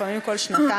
לפעמים כל שנתיים,